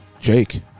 jake